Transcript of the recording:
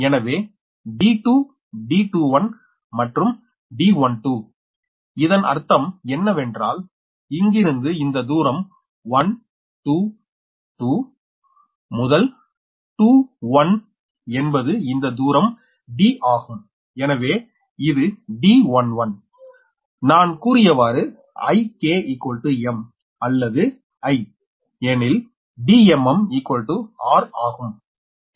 எனவே D2D21and D12 இதன் அர்த்தம் என்னவென்றால் இங்கிருந்து இந்த தூரம் 1 2 to 2 1 என்பது இந்த தூரம் ட ஆகும் எனவே இது D11 நான் கூறியவாறு Ik m அல்லது i எனில் Dmm r ஆகும்